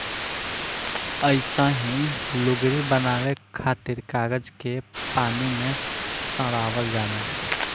अइसही लुगरी बनावे खातिर कागज के पानी में सड़ावल जाला